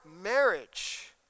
marriage